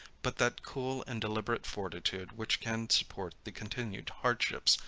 but that cool and deliberate fortitude which can support the continued hardships,